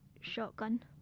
Shotgun